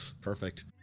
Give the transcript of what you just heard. Perfect